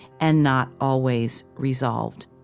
and not always resolved.